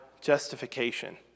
justification